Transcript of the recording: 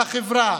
בחברה,